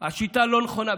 השיטה לא נכונה,